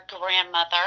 grandmother